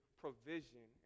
provision